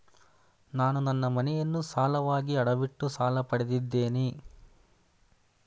ನಾನು ನನ್ನ ಮನೆಯನ್ನು ಸಾಲವಾಗಿ ಅಡವಿಟ್ಟು ಸಾಲ ಪಡೆದಿದ್ದೇನೆ